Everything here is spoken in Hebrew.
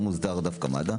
לא מוסדר דווקא מד"א,